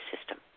system